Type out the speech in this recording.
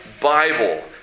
Bible